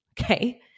Okay